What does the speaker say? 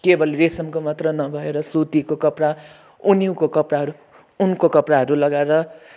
केवल रेशमको मात्र नभएर सुतीको कपडा ऊनीको कपडाहरू ऊनको कपडाहरू लगाएर